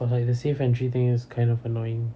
but like the safe entry thing is kind of annoying